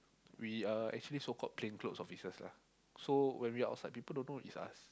we are actually so called plain clothes officers lah so when we are outside people don't know is us